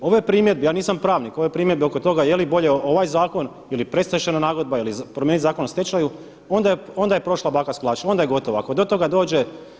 Ove primjedbe, ja nisam pravnik, ove primjedbe oko toga je li bolji ovaj zakon ili predstečajna nagodba ili promijeniti Zakon o stečajnoj onda je prošla baka sa kolačima onda je gotovo, ako do toga dođe.